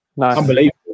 Unbelievable